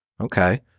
Okay